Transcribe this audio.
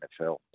NFL